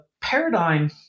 paradigm